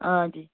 آ جی